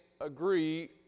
agree